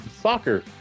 soccer